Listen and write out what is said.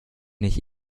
nicht